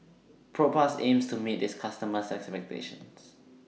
Propass aims to meet its customers' expectations